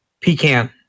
Pecan